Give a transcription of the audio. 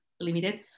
limited